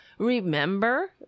Remember